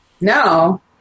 No